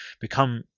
become